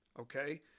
okay